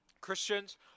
Christians